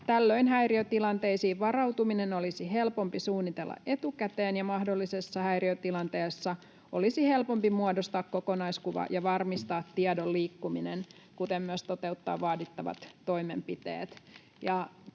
Tällöin häiriötilanteisiin varautuminen olisi helpompi suunnitella etukäteen ja mahdollisessa häiriötilanteessa olisi helpompi muodostaa kokonaiskuva ja varmistaa tiedon liikkuminen kuten myös toteuttaa vaadittavat toimenpiteet.